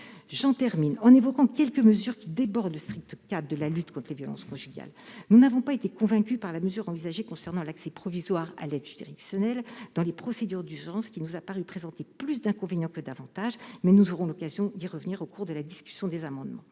J'en termine en évoquant quelques mesures qui débordent le strict cadre de la lutte contre les violences conjugales. Nous n'avons pas été convaincus par la mesure envisagée concernant l'accès provisoire à l'aide juridictionnelle dans les procédures d'urgence, qui nous a paru présenter plus d'inconvénients que d'avantages. Nous aurons l'occasion d'y revenir au cours de la discussion des amendements.